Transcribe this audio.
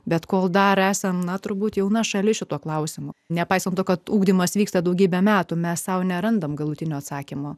bet kol dar esam na turbūt jauna šalis šituo klausimu nepaisant to kad ugdymas vyksta daugybę metų mes sau nerandame galutinio atsakymo